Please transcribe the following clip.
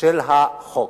של החוק.